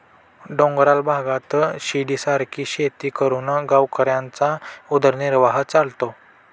डोंगराळ भागात शिडीसारखी शेती करून गावकऱ्यांचा उदरनिर्वाह चालतो